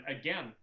again